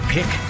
Pick